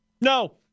no